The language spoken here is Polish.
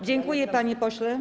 Dziękuję, panie pośle.